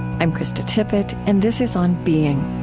i'm krista tippett, and this is on being